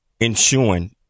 ensuing